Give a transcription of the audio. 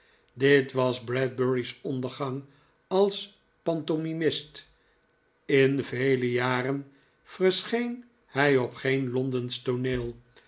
dit was bradbury's ondergang als pantomimist in vele jaren verscheen hij opgeenlondensch tooneel